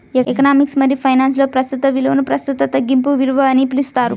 economics మరియుఫైనాన్స్లో, ప్రస్తుత విలువనుప్రస్తుత తగ్గింపు విలువ అని పిలుస్తారు